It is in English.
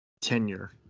tenure